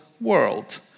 world